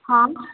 ହଁ